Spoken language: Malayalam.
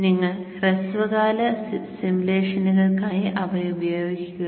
നിങ്ങൾ ഹ്രസ്വകാല സിമുലേഷനുകൾക്കായി അവ ഉപയോഗിക്കുക